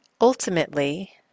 ultimately